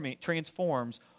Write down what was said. transforms